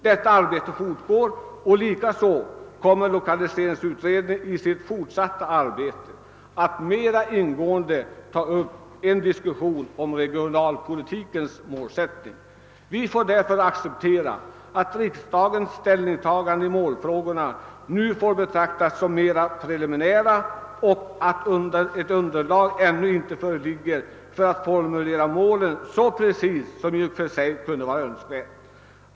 Detta arbete fortgår och likaså kommer lokaliseringsutredningen i sitt fortsatta arbete att mera ingående ta upp en diskussion om regionalpolitikens målsättning. Vi får därför acceptera att riksdagens ställningstaganden i målfrågorna nu får betraktas som preliminära och att underlag ännu inte föreligger för att formulera målen så precist som i och för sig kunde vara önskvärt.